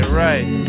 right